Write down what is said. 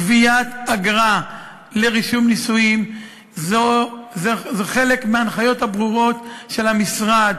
גביית אגרה לרישום נישואים זה חלק מההנחיות הברורות של המשרד.